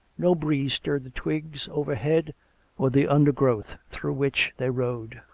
no breeze stirred the twigs overhead or the undergrowth through which they rode.